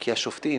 כי השופטים